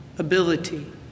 ability